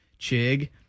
Chig